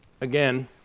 again